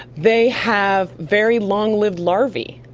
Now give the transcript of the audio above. they have very long-lived larvae.